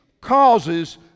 causes